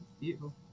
beautiful